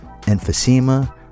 Emphysema